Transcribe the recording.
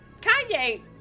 Kanye